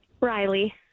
Riley